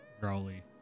growly